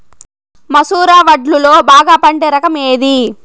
మసూర వడ్లులో బాగా పండే రకం ఏది?